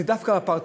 זה דווקא לפרטני,